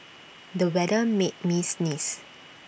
the weather made me sneeze